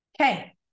Okay